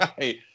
right